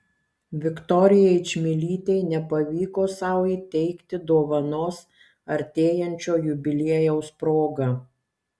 viktorijai čmilytei nepavyko sau įteikti dovanos artėjančio jubiliejaus proga